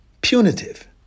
punitive